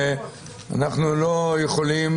שאנחנו כולנו